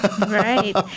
Right